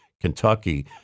Kentucky